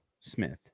Smith